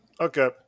okay